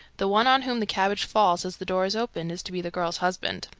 the one on whom the cabbage falls as the door is opened is to be the girl's husband.